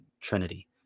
trinity